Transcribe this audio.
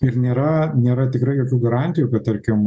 ir nėra nėra tikrai jokių garantijų kad tarkim